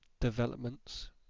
developments